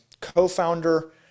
co-founder